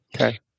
Okay